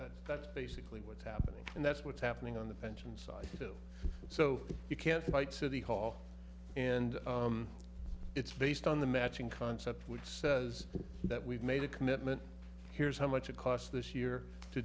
sheet that's basically what's happening and that's what's happening on the pension side so you can't fight city hall and it's based on the matching concept which says that we've made a commitment here's how much it costs this year to